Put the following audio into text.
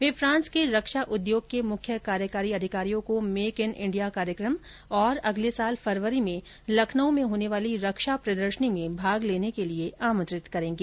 वे France के रक्षा उद्योग के मुख्य कार्यकारी अधिकारियों को मेक इन इंडिया कार्यक्रम और अगले वर्ष फरवरी में लखनऊ में होने वाली रक्षा प्रदर्शनी में भाग लेने के लिए आमंत्रित करेंगे